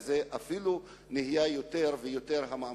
והמעמסה עליהן אפילו גדלה יותר ויותר.